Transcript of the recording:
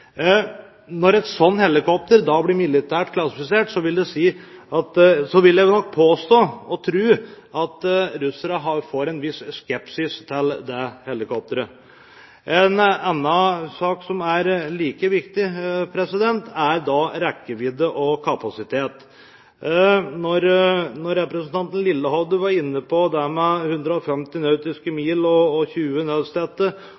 Når et sånt helikopter blir militært klassifisert, vil jeg nok påstå og tro at russerne får en viss skepsis til det helikoptret. En annen sak som er like viktig, er rekkevidde og kapasitet. Når representanten Lillehovde var inne på det med 150 nautiske